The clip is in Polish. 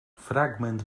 fragment